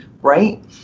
right